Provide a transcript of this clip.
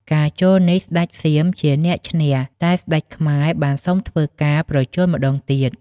ការជល់នេះស្ដេចសៀមជាអ្នកឈ្នះ តែស្ដេចខ្មែរបានសុំធ្វើការប្រជល់ម្ដងទៀត។